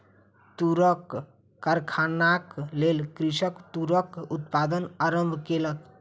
तूरक कारखानाक लेल कृषक तूरक उत्पादन आरम्भ केलक